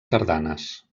tardanes